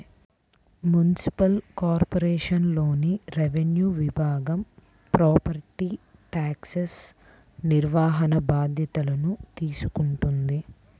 municipal కార్పొరేషన్లోని revenue విభాగం property tax నిర్వహణ బాధ్యతల్ని తీసుకుంటది